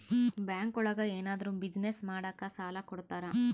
bank ಒಳಗ ಏನಾದ್ರೂ business ಮಾಡಾಕ ಸಾಲ ಕೊಡ್ತಾರ